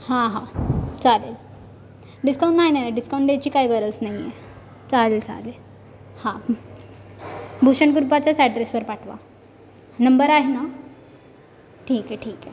हां हां चालेल डिस्काउंट नाही नाही नाही डिस्काउंट द्यायची काही गरज नाही आहे चालेल चालेल हां भूषण कृपाच्याच ॲड्रेसवर पाठवा नंबर आहे नं ठीक आहे ठीक आहे हां